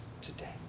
today